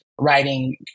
writing